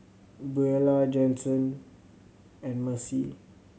Buelah Jasen and Marcie